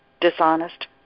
dishonest